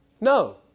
No